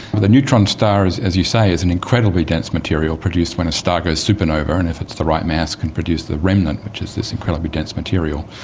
the neutron star, as you say, is an incredibly dense material produced when a star goes supernova, and if it's the right mass can produce the remnant which is this incredibly dense material.